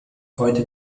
heute